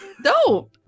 No